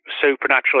supernatural